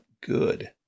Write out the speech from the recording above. good